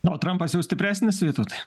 o trampas jau stipresnis vytautai